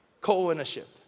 Co-ownership